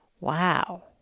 Wow